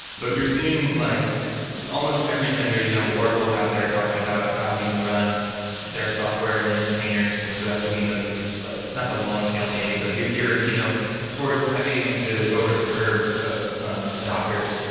but you're seeing like almost every vendor, you know oracle's out there talking about how you can run their software in containers. that's when you know you've reached like not the long tail maybe, but you're you're you know towards heavy and to over the curve of adopters.